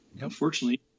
unfortunately